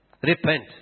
Repent